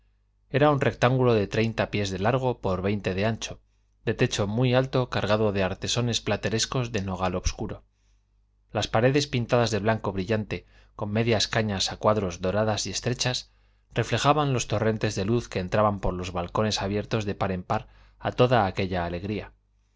era un rectángulo de treinta pies de largo por veinte de ancho de techo muy alto cargado de artesones platerescos de nogal obscuro las paredes pintadas de blanco brillante con medias cañas a cuadros doradas y estrechas reflejaban los torrentes de luz que entraban por los balcones abiertos de par en par a toda aquella alegría